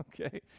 Okay